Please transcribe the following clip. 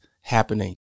happening